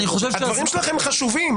הדברים שלכם חשובים.